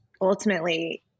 ultimately